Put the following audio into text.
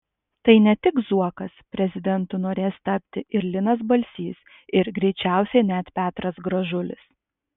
tai ne tik zuokas prezidentu norės tapti ir linas balsys ir greičiausiai net petras gražulis